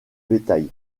bétail